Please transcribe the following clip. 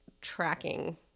tracking